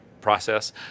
process